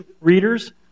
readers